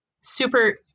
super